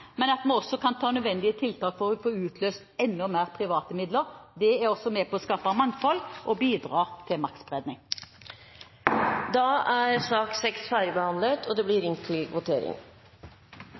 men at vi også kan sette i gang nødvendige tiltak for å få utløst enda mer private midler. Det er også med på å skape mangfold og bidra til maktspredning. Da er debatten i sak